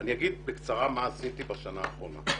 אני אומר בקצרה מה עשיתי בשנה האחרונה.